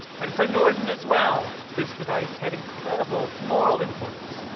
and for norden as well, this device had incredible moral importance,